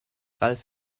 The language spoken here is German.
ralf